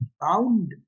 bound